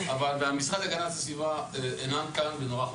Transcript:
המשרד להגנת הסביבה אינם כאן ונורא חבל.